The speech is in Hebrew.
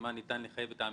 מה ניתן לחייב את העמיתים.